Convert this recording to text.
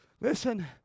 Listen